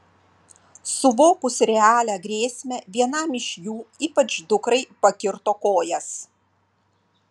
suvokus realią grėsmę vienam iš jų ypač dukrai pakirto kojas